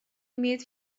имеет